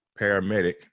paramedic